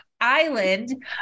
island